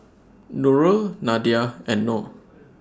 Nurul Nadia and Noh